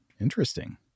Interesting